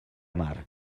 mar